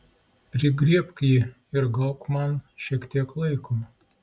prigriebk jį ir gauk man šiek tiek laiko